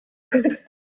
gut